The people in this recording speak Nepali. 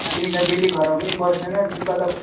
तिमी त डेली घरमा पनि बस्दैन तिमी कताकता